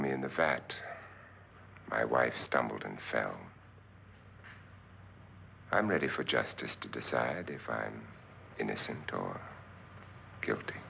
me in the fact my wife stumbled and found i'm ready for justice to decide if i am innocent or guilty